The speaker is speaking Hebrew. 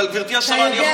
אבל גברתי השרה, שנייה.